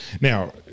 Now